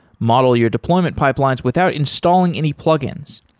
model your deployment pipelines without installing any plug-ins.